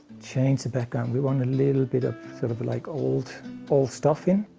change the background, we want a little bit of sort of like old old stuff in.